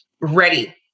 ready